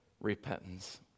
repentance